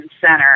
Center